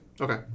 Okay